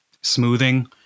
smoothing